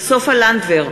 סופה לנדבר,